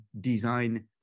design